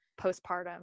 postpartum